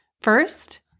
First